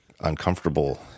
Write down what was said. uncomfortable